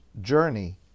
journey